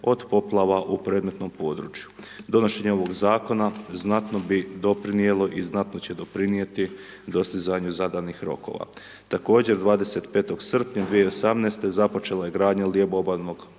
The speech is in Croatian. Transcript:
od poplava u predmetnom području. Donošenje ovog Zakona znatno bi doprinijelo i znatno će doprinijeti dostizanju zadanih rokova. Također 25. srpnja 2018.-te započela je gradnja lijevo obalnog